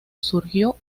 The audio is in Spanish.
surgió